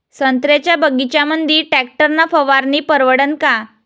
संत्र्याच्या बगीच्यामंदी टॅक्टर न फवारनी परवडन का?